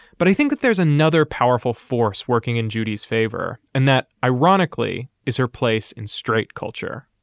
but i think that there's another powerful force working in judy's favor, and that, ironically, is her place in straight culture.